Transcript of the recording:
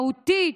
מהותית,